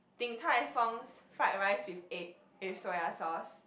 Din-Tai-Fung's fried rice with egg with soya sauce